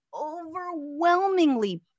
overwhelmingly